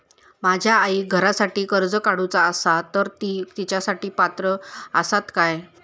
माझ्या आईक घरासाठी कर्ज काढूचा असा तर ती तेच्यासाठी पात्र असात काय?